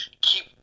keep